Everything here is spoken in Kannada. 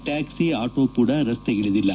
ಟ್ಯಾಕ್ಸಿ ಆಟೋ ಕೂಡ ರಸ್ತೆಗಿಳಿದಿಲ್ಲ